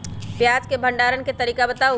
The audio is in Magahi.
प्याज के भंडारण के तरीका बताऊ?